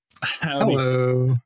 Hello